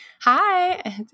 Hi